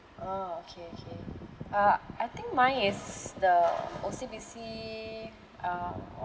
oh okay okay uh I think mine is the O_C_B_C uh